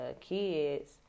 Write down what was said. kids